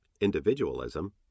individualism